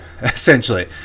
essentially